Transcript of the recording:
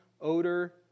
odor